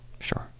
sure